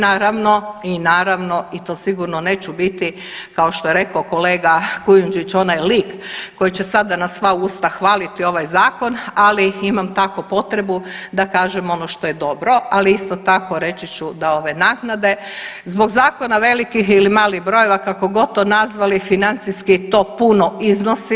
Naravno i naravno i to sigurno neću biti kao što je rekao kolega Kujundžić onaj lik koji će sada na sva usta hvaliti ovaj zakon, ali imam tako potrebu da kažem ono što je dobro, ali isto tako reći ću da ove naknade zbog zakona velikih ili malih brojeva kako god to nazvali financijski to puno iznosi.